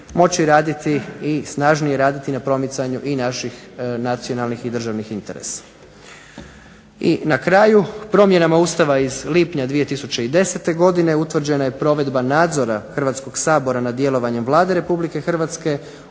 moći i raditi i snažnije raditi i na promicanju i naših nacionalnih i državnih interesa. I na kraju, promjenama Ustava iz lipnja 2010. godine utvrđena je provedba nadzora Hrvatskog sabora nad djelovanjem Vlade Republike Hrvatske